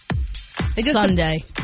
Sunday